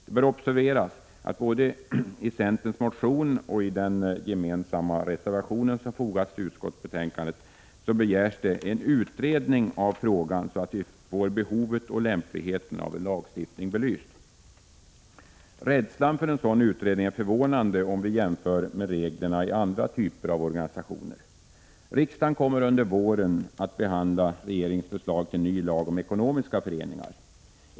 Det bör observeras att både i centerns motion och i den gemensamma borgerliga reservationen som har fogats till utskottsbetänkandet begärs en utredning av frågan så att vi får behovet och lämpligheten av en lagstiftning belyst. Rädslan för en sådan utredning är förvånande om vi jämför med reglerna för andra typer av organisationer. Riksdagen kommer under våren att behandla regeringens förslag till ny lag om ekonomiska föreningar.